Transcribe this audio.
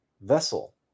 vessel